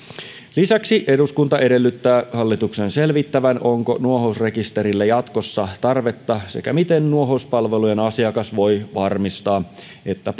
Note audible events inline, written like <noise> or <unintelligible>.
lisäksi eduskunta edellyttää hallituksen selvittävän onko nuohousrekisterille jatkossa tarvetta sekä miten nuohouspalvelujen asiakas voi varmistaa että <unintelligible>